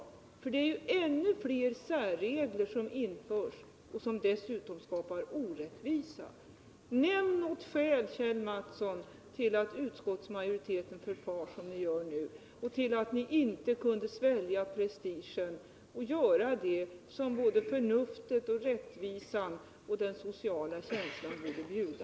Det är ju ännu fler särregler som införs och som dessutom skapar orättvisa. Nämn något skäl, Kjell Mattsson, till att utskottsmajoriteten förfar som den gör nu och till att ni inte kunde svälja prestigen och göra det som förnuftet, rättvisan och den sociala känslan borde bjuda!